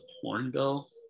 hornbill